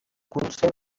concert